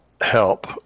help